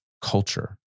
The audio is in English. culture